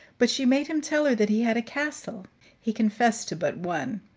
but she made him tell her that he had a castle he confessed to but one.